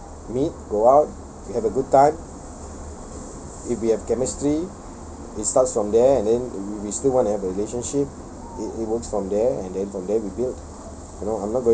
let's date meet go out you have a good time if we have chemistry it starts from there and then we still want to have a relationship it it works from there and then from there we build